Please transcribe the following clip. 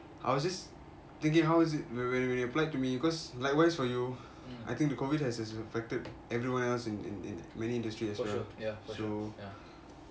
I was just thinking how is it when you when you applied to me because likewise for you I think the COVID has affected everywhere else in in in many industries as well so